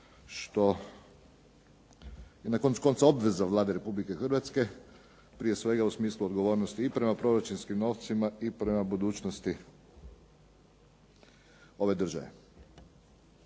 ono je na koncu konca obveza Vlade Republike Hrvatske prije svega u smislu odgovornosti i prema proračunskim novcima i prema budućnosti ove države.